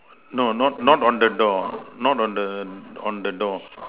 no not not on the door not on the on the door